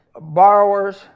borrowers